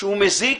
שהוא מזיק,